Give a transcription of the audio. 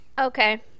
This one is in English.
Okay